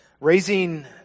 Raising